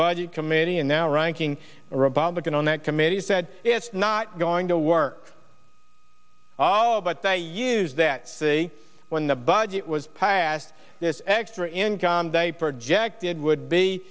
budget committee and now ranking republican on that committee said it's not going to work all but they used that say when the budget was passed this extra income day projected would be